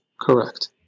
Correct